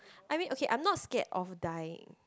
I mean okay I not scared of dying